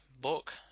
book